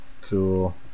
cool